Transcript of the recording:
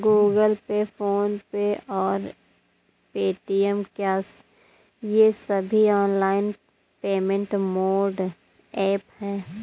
Google pay PhonePe और Paytm क्या ये सभी ऑनलाइन पेमेंट मोड ऐप हैं?